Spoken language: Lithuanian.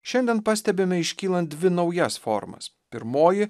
šiandien pastebime iškylant dvi naujas formas pirmoji